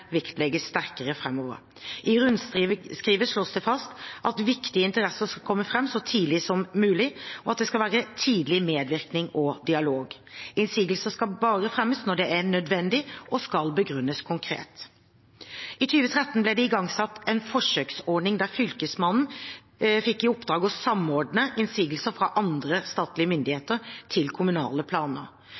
vektlegges sterkere framover. I rundskrivet slås det fast at viktige interesser skal komme fram så tidlig som mulig, og at det skal være tidlig medvirkning og dialog. Innsigelse skal bare fremmes når det er nødvendig, og begrunnes konkret. I 2013 ble det igangsatt en forsøksordning der Fylkesmannen fikk i oppdrag å samordne innsigelser fra andre statlige myndigheter til kommunale planer.